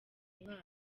umwana